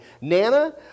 Nana